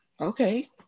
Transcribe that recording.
okay